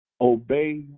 obey